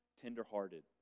tenderhearted